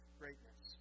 greatness